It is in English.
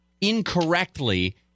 incorrectly